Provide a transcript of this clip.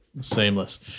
Seamless